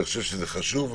אני חושב שזה חשוב,